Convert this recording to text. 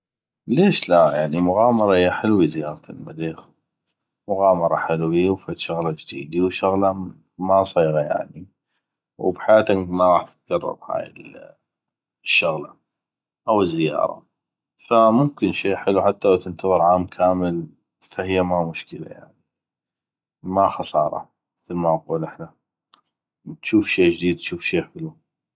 ليش لا يعني مغامره هيه حلوي زياره المريخ مغامره حلوي وفد شغله جديدي وشغله ما صيغه يعني وبحياتك ما غاح تتكرر هاي الشغله أو الزياره فممكن شي حلو حته لو تنتظر عام كامل يعني ما خساره مثل ما نقول احنا تشوف شي جديد تشوف شي حلو